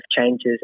changes